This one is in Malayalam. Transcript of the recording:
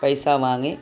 പൈസ വാങ്ങി